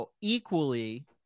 equally